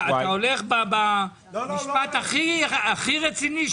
אתה הולך במשפט הכי רציני.